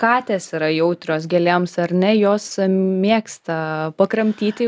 katės yra jautrios gėlėms ar ne jos mėgsta pakramtyti